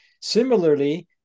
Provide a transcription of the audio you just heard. Similarly